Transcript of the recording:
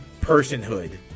personhood